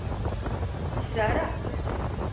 sharara